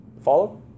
Follow